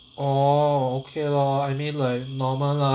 oh okay lor I mean like normal lah